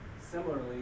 similarly